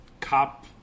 cop